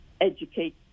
educate